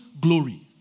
glory